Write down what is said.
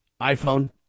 iPhone